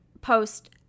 post